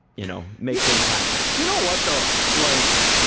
you know, make things happen. you know what though? like,